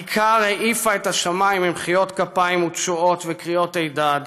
הכיכר העיפה את השמיים ממחיאות כפיים ותשואות וקריאות עידוד,